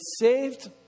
saved